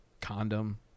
condom